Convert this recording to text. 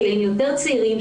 גילים יותר צעירים,